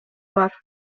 бар